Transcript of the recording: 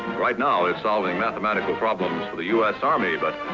right now it's solving mathematical problems for the us army, but,